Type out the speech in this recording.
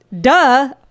duh